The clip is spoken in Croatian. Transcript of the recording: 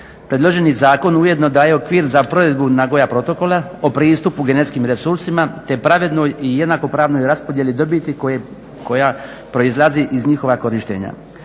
Predloženi zakon ujedno daje okvir za provedbu Nagoya Protocola o pristupu genetskim resursima te pravednoj i jednakopravnoj raspodjeli dobiti koja proizlazi iz njihova korištenja.